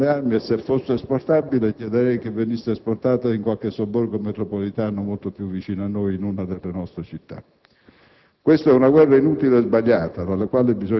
non si esporta la civiltà occidentale, tantomeno con le armi. E se fosse esportabile chiederei che venisse esportata in qualche sobborgo metropolitano molto più vicino a noi, in una delle nostre città.